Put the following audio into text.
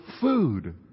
food